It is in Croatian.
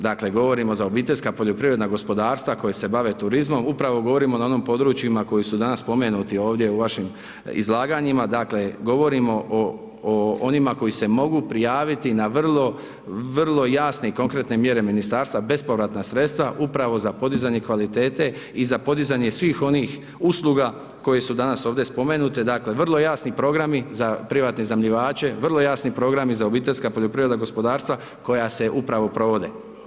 Dakle, govorimo za obiteljska poljoprivredna gospodarstva koja se bave turizmom, upravo govorimo na onim područjima koji su danas spomenuti ovdje u vašim izlaganjima, dakle, govorimo o onima koji se mogu prijaviti na vrlo, vrlo jasne i konkretne mjere ministarstva, bespovratna sredstva upravo za podizanje kvalitete i za podizanje svih onih usluga koje su danas ovdje spomenute, dakle, vrlo jasni programi za privatne iznajmljivače, vrlo jasni programi za obiteljska poljoprivredna gospodarstva koja se upravo provode.